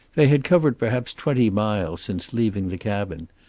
they had covered perhaps twenty miles since leaving the cabin,